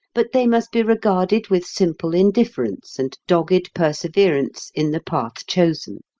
but they must be regarded with simple indifference and dogged perseverance in the path chosen.